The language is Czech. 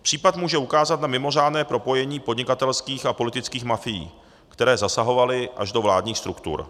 Případ může ukázat na mimořádné propojení podnikatelských a politických mafií, které zasahovaly až do vládních struktur.